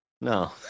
No